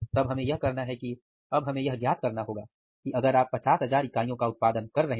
तब हमें यह करना है कि अब हमें यह ज्ञात करना होगा कि अगर आप 50000 इकाइयों का उत्पादन कर रहे हैं